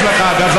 תודה.